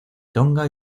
tonga